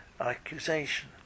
accusation